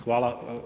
Hvala.